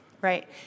Right